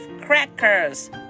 crackers